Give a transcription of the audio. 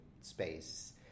space